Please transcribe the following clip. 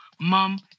Mom